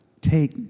Take